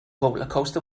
rollercoaster